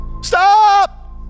Stop